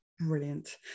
Brilliant